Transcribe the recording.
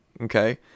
okay